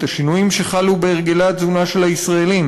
השינויים שחלו בהרגלי התזונה של הישראלים,